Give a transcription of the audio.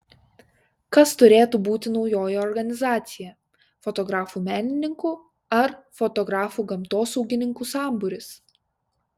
kas turėtų būti naujoji organizacija fotografų menininkų ar fotografų gamtosaugininkų sambūris